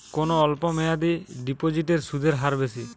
কোন অল্প মেয়াদি ডিপোজিটের সুদের হার বেশি?